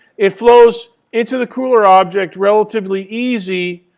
it flows into the cooler object relatively easy